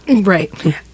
Right